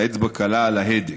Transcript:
האצבע קלה על ההדק,